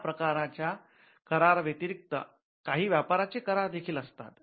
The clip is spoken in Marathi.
याप्रकारच्या करार व्यतिरिक्त काही व्यापाराचे करार देखील असतात